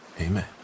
amen